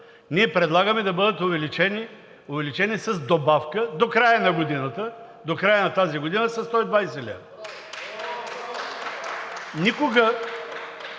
ние предлагаме да бъдат увеличени с добавка до края на годината, до края на тази година със 120 лв.